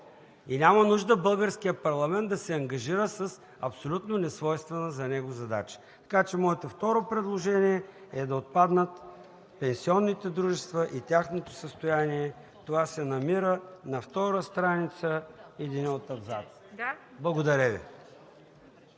И няма нужда българският парламент да се ангажира с абсолютно несвойствена за него задача. Така че моето второ предложение е да отпаднат пенсионните дружества и тяхното състояние. Това се намира на втора страница в един от абзаците. Благодаря Ви.